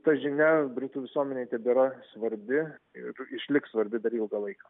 ta žinia britų visuomenei tebėra svarbi ir išliks svarbi dar ilgą laiką